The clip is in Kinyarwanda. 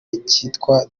kitwa